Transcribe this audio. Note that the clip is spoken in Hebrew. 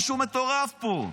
משהו מטורף פה.